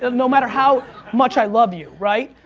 and no matter how much i love you, right?